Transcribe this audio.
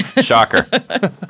Shocker